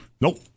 Nope